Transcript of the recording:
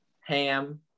ham